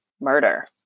murder